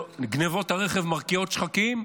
גנבות הרכב מרקיעות שחקים,